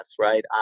right